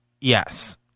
Yes